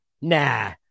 Nah